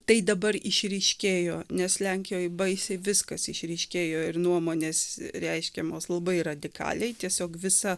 tai dabar išryškėjo nes lenkijoj baisiai viskas išryškėjo ir nuomonės reiškiamos labai radikaliai tiesiog visa